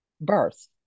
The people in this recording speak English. birth